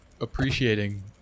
appreciating